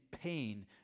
pain